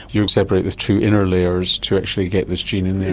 you separate the two inner layers to actually get this gene in there.